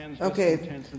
Okay